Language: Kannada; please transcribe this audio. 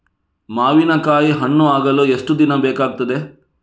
ಮಾವಿನಕಾಯಿ ಹಣ್ಣು ಆಗಲು ಎಷ್ಟು ದಿನ ಬೇಕಗ್ತಾದೆ?